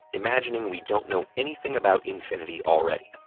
imagining we don't know anything about infinity already.